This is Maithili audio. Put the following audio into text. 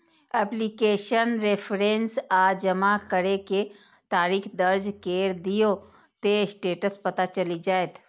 एप्लीकेशन रेफरेंस आ जमा करै के तारीख दर्ज कैर दियौ, ते स्टेटस पता चलि जाएत